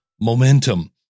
momentum